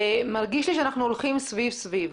ואני מרגישה שאנחנו הולכים סביב סביב.